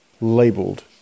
labeled